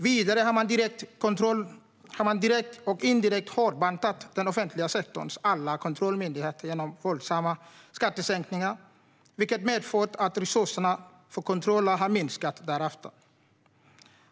Vidare har man direkt och indirekt hårdbantat den offentliga sektorns alla kontrollmyndigheter genom våldsamma skattesänkningar, vilket har medfört att resurserna för kontroller har minskat därefter.